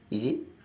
is it